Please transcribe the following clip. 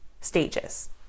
stages